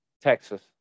Texas